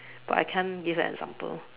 but I can't give an example